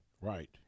Right